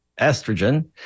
estrogen